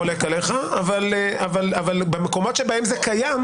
אני חולק עליך, אבל במקומות שבהם זה קיים.